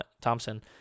thompson